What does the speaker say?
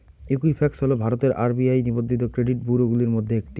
Equifax হল ভারতের RBI নিবন্ধিত ক্রেডিট ব্যুরোগুলির মধ্যে একটি